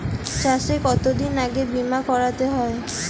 চাষে কতদিন আগে বিমা করাতে হয়?